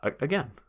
again